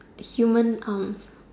human arm